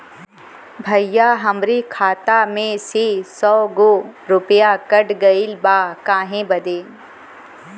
भईया हमरे खाता मे से सौ गो रूपया कट गइल बा काहे बदे?